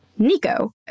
Nico